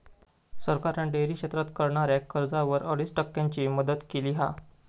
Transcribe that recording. सरकारान डेअरी क्षेत्रात करणाऱ्याक कर्जावर अडीच टक्क्यांची मदत केली हा